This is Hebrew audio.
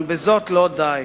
אבל בזאת לא די.